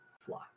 fly